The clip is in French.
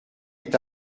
est